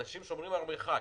אנשים שומרים על מרחק.